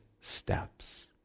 steps